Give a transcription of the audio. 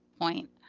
point